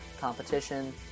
competition